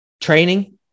training